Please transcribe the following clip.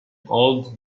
old